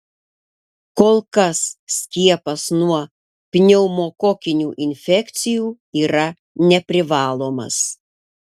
kol kas skiepas nuo pneumokokinių infekcijų yra neprivalomas